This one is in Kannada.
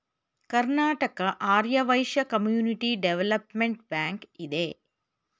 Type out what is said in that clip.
Karnataka Arya Vaishya community development bank ಇದೆ